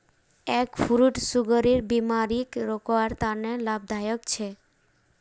egg fruit सुगरेर बिमारीक रोकवार तने लाभदायक छे